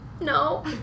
No